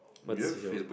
what's your